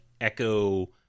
Echo